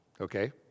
okay